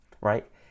right